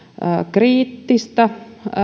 kriittistä